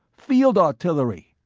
field artillery